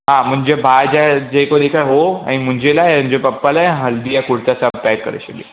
हा मुंहिंजे भाउ जा जेको ॾिठा उहो ऐं मुंहिंजे लाइ पपा लाइ हल्दीअ लाइ कुर्ता सभु पैक करे छॾियो